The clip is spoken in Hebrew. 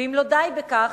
ואם לא די בכך,